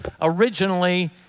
originally